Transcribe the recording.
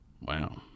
Wow